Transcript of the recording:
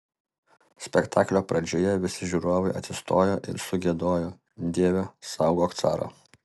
spektaklio pradžioje visi žiūrovai atsistojo ir sugiedojo dieve saugok carą